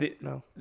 no